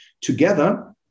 together